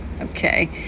okay